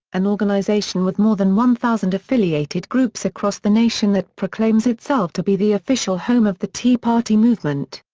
an organization with more than one thousand affiliated groups across the nation that proclaims itself to be the official home of the tea party movement.